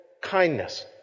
kindness